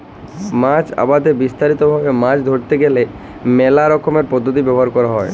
মাছ আবাদে বিস্তারিত ভাবে মাছ ধরতে গ্যালে মেলা রকমের পদ্ধতি ব্যবহার ক্যরা হ্যয়